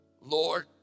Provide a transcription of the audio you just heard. Lord